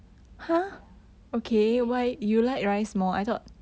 like ya eh wait